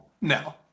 No